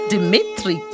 Dimitri